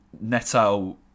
Neto